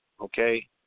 okay